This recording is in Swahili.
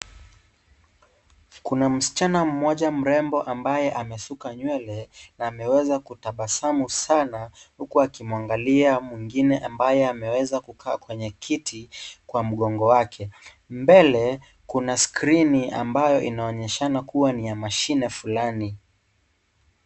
Kuna msichana mmoja mrembo ambaye amesuka nywele na amewesa kutabasamu sana huku akimwangalia mwingine ambaye ameweza kukaa kwenye kiti kwa mgongo wake .Mbele kuna (cs)skrini(cs) ambayo inaonyeshana kuwa ni ya mashini fulani .